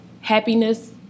Happiness